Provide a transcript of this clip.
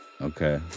Okay